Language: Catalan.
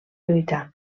lluitar